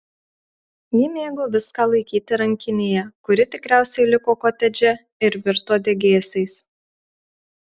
ji mėgo viską laikyti rankinėje kuri tikriausiai liko kotedže ir virto degėsiais